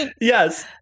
yes